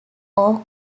oak